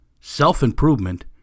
self-improvement